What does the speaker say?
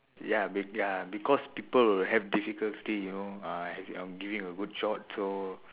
ya be~ ya because people will have difficulty you know uh giving a good shot so